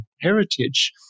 heritage